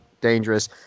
dangerous